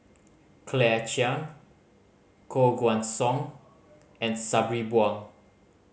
Claire Chiang Koh Guan Song and Sabri Buang